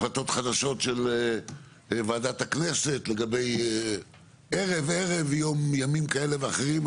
החלטות חדשות של ועדת הכנסת לגבי ערב-ערב ימים כאלה ואחרים.